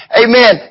amen